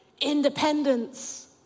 independence